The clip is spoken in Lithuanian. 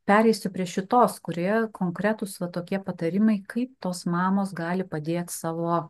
pereisiu prie šitos kurioje konkretūs va tokie patarimai kaip tos mamos gali padėt savo